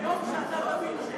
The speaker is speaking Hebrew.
ביום שאתה תבין,